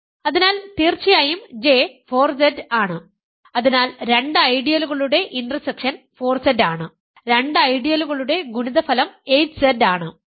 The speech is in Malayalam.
അതിനാൽ തീർച്ചയായും J 4Z ആണ് അതിനാൽ രണ്ട് ഐഡിയലുകളുടെ ഇന്റർസെക്ഷൻ 4Z ആണ് രണ്ട് ഐഡിയലുകളുടെ ഗുണിതഫലം 8Z ആണ്